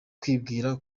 kwibwira